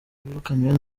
birukanywe